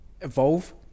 evolve